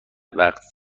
وقت